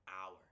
hour